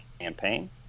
campaign